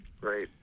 great